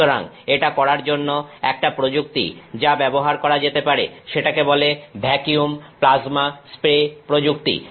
সুতরাং এটা করার জন্য একটা প্রযুক্তি যা ব্যবহার করা যেতে পারে সেটাকে বলা হয় ভ্যাকিউম প্লাজমা স্প্রে প্রযুক্তি